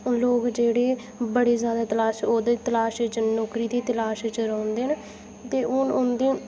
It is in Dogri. लोक जेह्ड़े बड़े जैदा तलाश ओह्दे तलाश च नौकरी दी तलाश च रौंह्दे न ते हून उं'दे